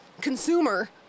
consumer